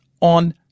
on